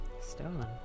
Stolen